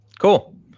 cool